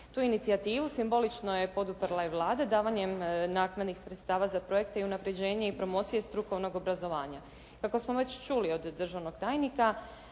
Tu inicijativu simbolično je poduprla i Vlada davanjem naknadnih sredstava za projekte i unapređenje i promocije strukovnog obrazovanja. Kako smo već čuli od državnog tajnika,